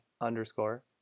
underscore